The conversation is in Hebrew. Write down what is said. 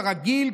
כרגיל,